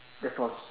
that's all